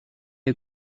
est